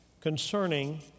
concerning